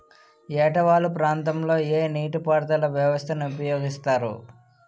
ఏట వాలు ప్రాంతం లొ ఏ నీటిపారుదల వ్యవస్థ ని ఉపయోగిస్తారు?